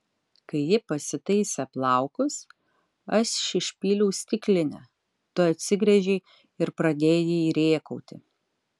kai ji pasitaisė plaukus aš išpyliau stiklinę tu atsigręžei ir pradėjai rėkauti